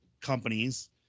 companies